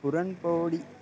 पुरन्पौडि